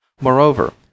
Moreover